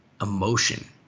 emotion